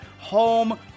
home